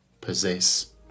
possess